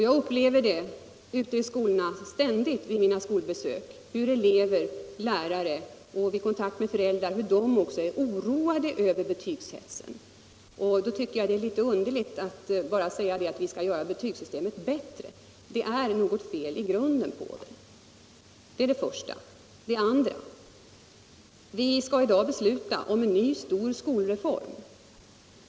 Jag upplever ständigt vid besök ute i skolorna hur elever och lärare och också föräldrar är oroade över betygshetsen. Då tycker jag att det är alltför lättvindigt att bara säga att vi skall göra betygssystemet bättre. Det är något fel i grunden. För det andra skall vi i dag besluta om en ny stor skolreform.